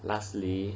lastly